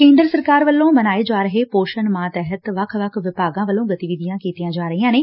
ਕੇਦਰ ਸਰਕਾਰ ਵੱਲੋ ਮਨਾਏ ਜਾ ਰਹੇ ਪੋਸ਼ਣ ਮਾਹ ਤਹਿਤ ਵੱਖ ਵੱਖ ਵਿਭਾਗਾ ਵੱਲੋ ਗਤੀਵਿਧੀਆ ਕੀਤੀਆ ਜਾ ਰਹੀਆ ਨੇ